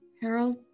Harold